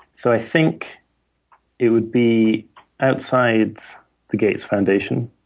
so i think it would be outside the gates foundation,